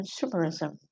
consumerism